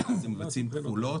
אז הם עושים כפולות,